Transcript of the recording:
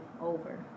over